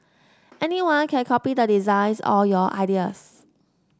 anyone can copy the designs or your ideas